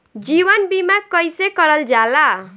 जीवन बीमा कईसे करल जाला?